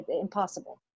impossible